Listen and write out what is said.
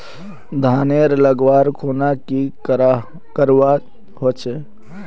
धानेर लगवार खुना की करवा होचे?